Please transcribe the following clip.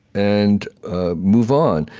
and ah move on.